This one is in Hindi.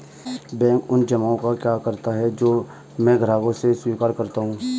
बैंक उन जमाव का क्या करता है जो मैं ग्राहकों से स्वीकार करता हूँ?